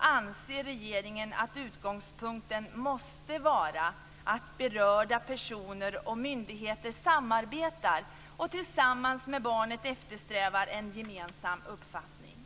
anser regeringen att utgångspunkten måste vara att berörda personer och myndigheter samarbetar och tillsammans med barnet eftersträvar en gemensam uppfattning."